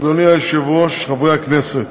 אדוני היושב-ראש, חברי הכנסת,